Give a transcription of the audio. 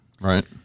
Right